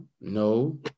No